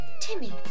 Timmy